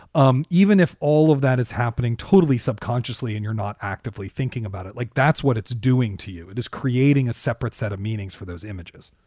um even if all of that is happening totally subconsciously and you're not actively thinking about it like that's what it's doing to you, it is creating a separate set of meanings for those images